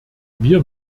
wir